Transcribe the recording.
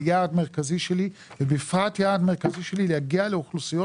זה יעד מרכזי שלי ובפרט יעד מרכזי שלי להגיע לאוכלוסיות,